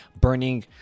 burning